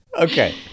Okay